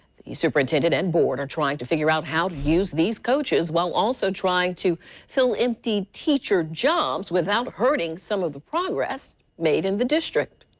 the superintendent and board are trying to figure out how to use these coaches while also trying to fill empty teacher jobs without hurting some of the progress made in the district.